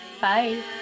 bye